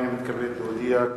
הנני מתכבד להודיע,